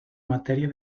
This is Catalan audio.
matèria